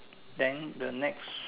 then the next